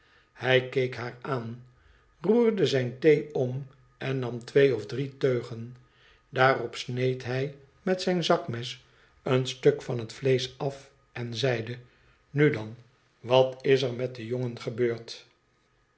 hij keek haar aan roerde zijn thee om en nam twee of drie teugen daarop sneed hij met zijn zakmes een stuk van het vleesch af en zeide nu dan wat is er met den jongen gebeurd